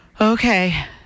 okay